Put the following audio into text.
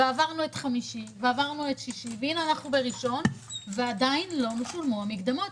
ועברנו את חמישי ואת שישי והנה אנחנו בראשון ועדיין לא שולמו המקדמות.